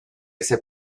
ese